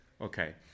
Okay